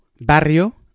barrio